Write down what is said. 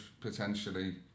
potentially